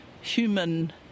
human